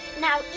Now